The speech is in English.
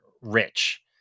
rich